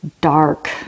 dark